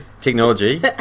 technology